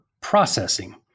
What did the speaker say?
processing